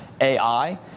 AI